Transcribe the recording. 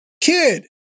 kid